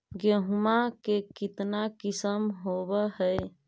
गेहूमा के कितना किसम होबै है?